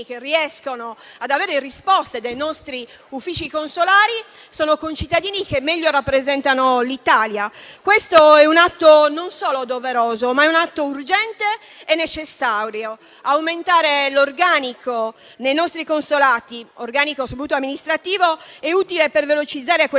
che riescono ad avere risposte dai nostri uffici consolari sono concittadini che meglio rappresentano l'Italia. Questo è un atto non solo doveroso, ma è anche urgente e necessario. Aumentare l'organico nei nostri consolati, soprattutto amministrativo, è utile per velocizzare